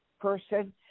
person